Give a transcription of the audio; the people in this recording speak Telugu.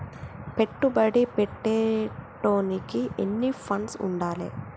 పెట్టుబడి పెట్టేటోనికి ఎన్ని ఫండ్స్ ఉండాలే?